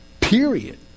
Period